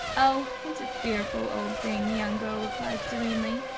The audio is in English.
oh, it's a fearful old thing! the young girl replied serenely.